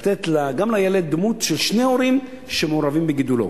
לתת לילד דמות של שני הורים שמעורבים בגידולו.